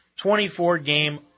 24-game